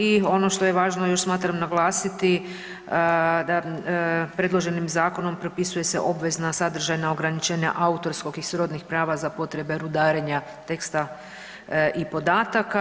I ono što je važno još smatram naglasiti da predloženim zakonom propisuje se obvezna sadržajna ograničenja autorskog i srodnih prava za potrebe rudarenja teksta i podataka.